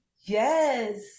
Yes